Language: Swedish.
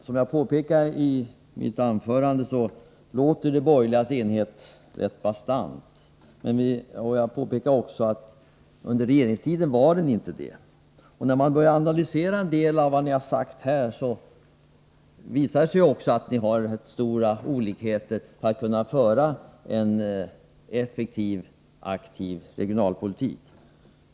Fru talman! Som jag påpekade i mitt anförande verkar de borgerligas enhet nu rätt bastant, men under regeringstiden var den inte det. När man börjar analysera en del av vad ni har sagt här visar det sig också att det finns alltför stora olikheter för att ni skall kunna föra en effektiv, aktiv regionalpolitik.